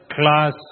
class